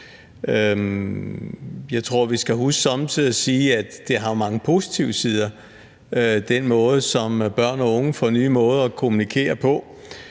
Jeg tror, vi skal huske somme tider at sige, at det har mange positive sider, at børn og unge får nye måder at kommunikere på